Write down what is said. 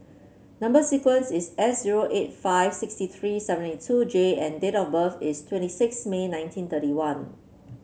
number sequence is S zero eight five sixty three seventy two J and date of birth is twenty six May nineteen thirty one